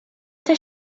does